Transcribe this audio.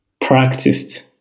practiced